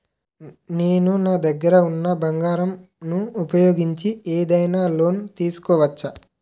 నేను నా దగ్గర ఉన్న బంగారం ను ఉపయోగించి ఏదైనా లోన్ తీసుకోవచ్చా?